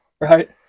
Right